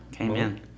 Amen